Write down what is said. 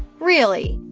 really.